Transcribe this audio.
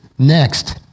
Next